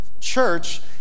church